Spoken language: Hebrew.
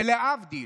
ולהבדיל,